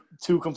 two